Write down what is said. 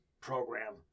program